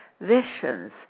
visions